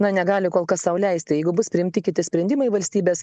na negali kol kas sau leisti jeigu bus priimti kiti sprendimai valstybės